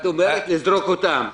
את אומרת: לזרוק אותם.